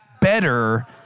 better